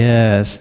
Yes